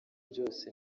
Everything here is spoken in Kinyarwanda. byose